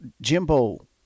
Jimbo